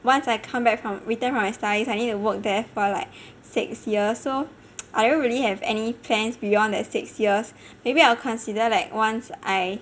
once I come back from returned from my studies I need to work there for like six years so I don't really have any plans beyond that six years maybe I'll consider like once I